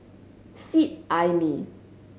Seet Ai Mee